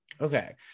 Okay